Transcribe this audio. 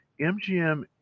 MGM